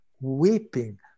weeping